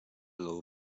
low